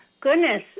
Goodness